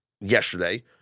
yesterday